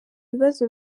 bibazo